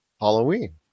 Halloween